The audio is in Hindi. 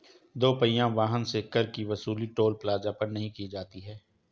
दो पहिया वाहन से कर की वसूली टोल प्लाजा पर नही की जाती है